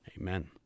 Amen